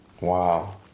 Wow